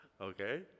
Okay